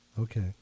Okay